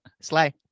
Slay